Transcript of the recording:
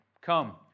Come